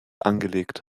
angelegt